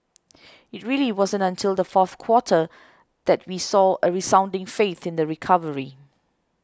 it really wasn't until the fourth quarter that we saw a resounding faith in the recovery